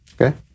Okay